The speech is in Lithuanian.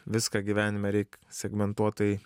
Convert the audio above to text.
viską gyvenime reik segmentuotai